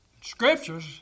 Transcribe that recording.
Scriptures